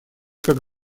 как